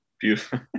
Beautiful